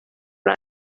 lawn